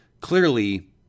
clearly